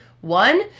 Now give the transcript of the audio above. One